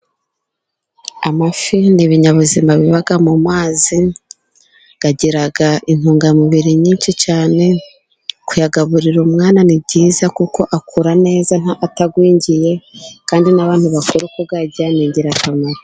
Amafi ni ibinyabuzima biba mu mazi, agira intungamubiri nyinshi cyane, kuyagaburira umwana ni byiza kuko akura neza atagwingiye, kandi n'abantu bakuru kuyarya ni ingirakamaro.